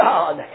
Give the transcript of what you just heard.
God